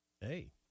Hey